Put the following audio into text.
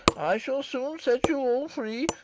i shall soon set you all free.